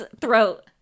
throat